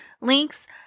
links